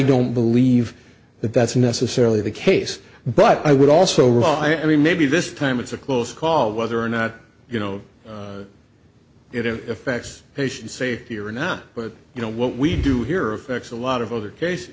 don't believe that that's necessarily the case but i would also well i mean maybe this time it's a close call whether or not you know it it affects patient safety or not but you know what we do here affects a lot of other case